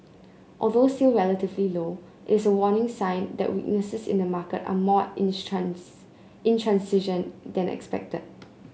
although still relatively low it is a warning sign that weaknesses in the market are more intransigent than expected